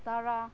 ꯇꯔꯥ